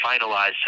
finalized